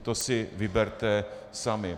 To si vyberte sami.